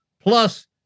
Plus